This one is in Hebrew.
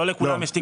לא לכולם יש תיק